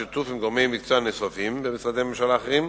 בשיתוף עם גורמי מקצוע נוספים במשרדי ממשלה אחרים,